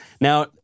Now